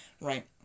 Right